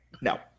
No